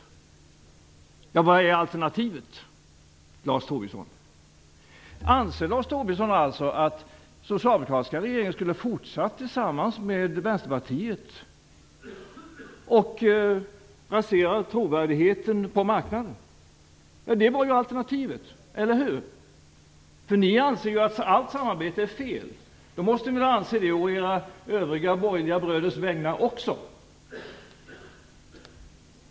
Ja, vad är alternativet, Lars Tobisson? Anser Lars Tobisson alltså att den socialdemokratiska regeringen skulle ha fortsatt tillsammans med Vänsterpartiet och därmed ha raserat trovärdigheten på marknaden? Det var ju alternativet, eller hur? Ni anser ju att allt samarbete är felaktigt. Då måste ni väl anse det också å era övriga borgerliga bröders vägnar.